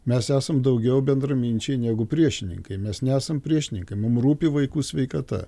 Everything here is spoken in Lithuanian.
mes esam daugiau bendraminčiai negu priešininkai mes nesam priešininkai mum rūpi vaikų sveikata